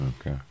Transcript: Okay